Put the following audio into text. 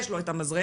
יש לו את המזרק,